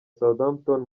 southampton